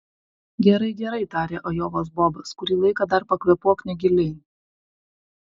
gerai gerai tarė ajovos bobas kurį laiką dar pakvėpuok negiliai